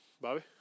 Bobby